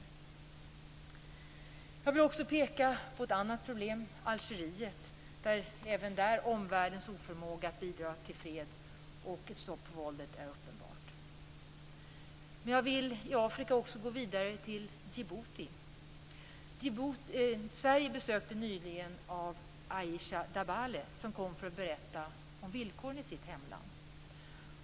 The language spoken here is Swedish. Jag vill också peka på ett annat problem, nämligen Algeriet. Även där är omvärldens oförmåga att bidra till fred och ett stopp på våldet uppenbar. Men inom Afrika vill jag gå vidare till Djibouti. Sverige besöktes nyligen av Aicha Dabale som kom för att berätta om villkoren i sitt hemland.